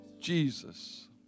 Jesus